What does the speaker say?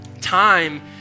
time